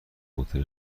هتل